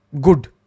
Good